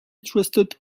trusted